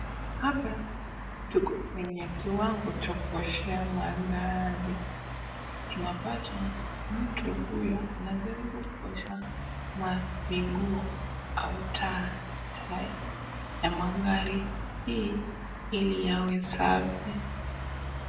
Hapa tuko kwenye kiwango cha kuoshea magari. Tunapata mtu huyo anajaribu kuosha mamiguo au taa ya magari hii ili yawe safi.